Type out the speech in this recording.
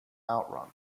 outrun